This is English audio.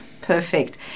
perfect